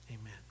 Amen